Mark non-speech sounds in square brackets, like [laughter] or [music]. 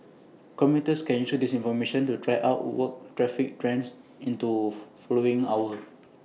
commuters can use this information to try work out traffic trends into [hesitation] following hour